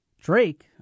Drake